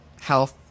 health